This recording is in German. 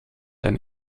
denn